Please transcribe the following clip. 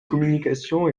communication